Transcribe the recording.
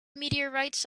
meteorites